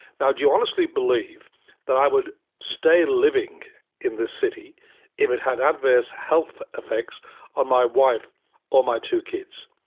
now, do you honestly believe i would stay living in this city if it had adverse health effects on my wife or my two kids?